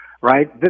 right